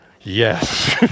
Yes